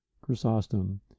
Chrysostom